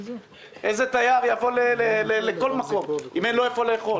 איזה תייר יבוא לכל מקום אם אין לו איפה לאכול.